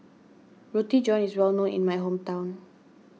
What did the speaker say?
Roti John is well known in my hometown